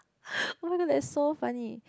oh-my-god that's so funny